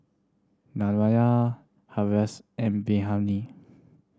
Naraina Haresh and Bilahari